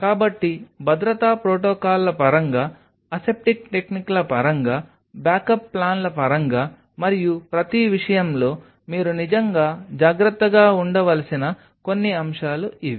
కాబట్టి భద్రతా ప్రోటోకాల్ల పరంగా అసెప్టిక్ టెక్నిక్ల పరంగా బ్యాకప్ ప్లాన్ల పరంగా మరియు ప్రతి విషయంలో మీరు నిజంగా జాగ్రత్తగా ఉండవలసిన కొన్ని అంశాలు ఇవి